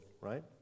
right